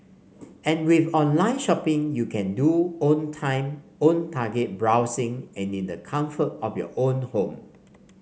and with online shopping you can do own time own target browsing and in the comfort of your own home